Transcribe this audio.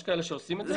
יש כאלה שעושים את זה.